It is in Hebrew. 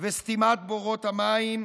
וסתימת בורות המים,